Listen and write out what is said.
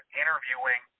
interviewing